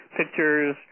pictures